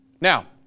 Now